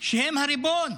הם הריבון,